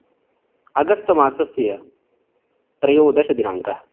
अगस्त् मासस्य त्रयोदशदिनाङ्कः